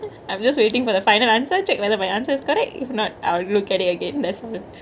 I'm just waitingk for the final answer check whether my answer is correct if not I'll look at it again that's it